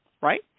Right